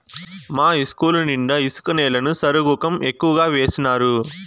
మా ఇస్కూలు నిండా ఇసుక నేలని సరుగుకం ఎక్కువగా వేసినారు